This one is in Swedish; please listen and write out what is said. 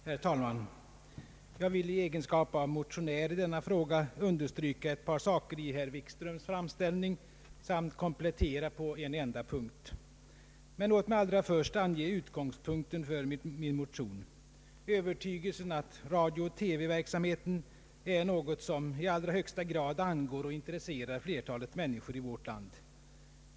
Herr talman! Jag vill i egenskap av motionär i denna fråga understryka ett par saker i herr Wikströms framställning samt komplettera på en enda punkt. Men låt mig allra först ange utgångspunkten för min motion: övertygelsen att radiooch TV-verksamheten är något som i allra högsta grad angår och intresserar flertalet människor i vårt land.